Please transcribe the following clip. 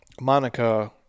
Monica